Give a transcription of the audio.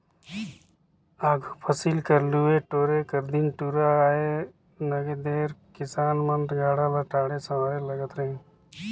आघु फसिल कर लुए टोरे कर दिन दुरा आए नगे तेकर किसान मन गाड़ा ल ठाठे सवारे लगत रहिन